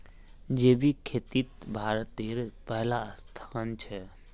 जैविक खेतित भारतेर पहला स्थान छे